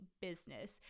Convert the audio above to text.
business